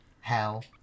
hell